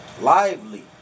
Lively